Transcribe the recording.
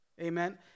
Amen